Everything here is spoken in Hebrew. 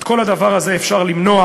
את כל הדבר הזה אפשר למנוע,